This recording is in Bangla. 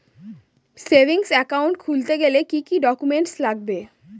সেভিংস একাউন্ট খুলতে গেলে কি কি ডকুমেন্টস লাগবে?